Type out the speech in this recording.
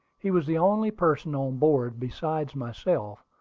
he was the only person on board, besides myself,